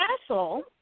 castle